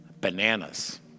Bananas